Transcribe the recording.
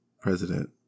president